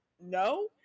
no